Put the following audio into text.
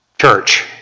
church